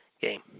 game